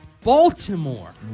Baltimore